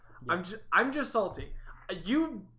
i'm just i'm just salty a you